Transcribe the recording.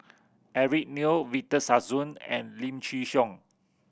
Eric Neo Victor Sassoon and Lim Chin Siong